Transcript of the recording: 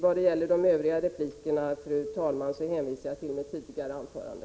Beträffande de övriga replikerna, fru talman, hänvisar jag till mitt tidigare anförande.